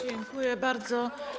Dziękuję bardzo.